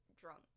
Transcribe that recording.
drunk